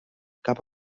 cap